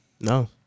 No